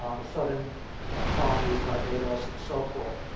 ah the southern ah colonies, barbados, and so forth.